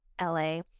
LA